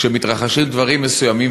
כשמתרחשים דברים מסוימים,